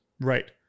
Right